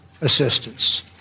assistance